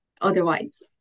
otherwise